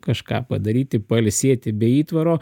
kažką padaryti pailsėti be įtvaro